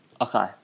Okay